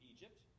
Egypt